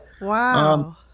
Wow